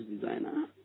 designer